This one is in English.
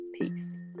Peace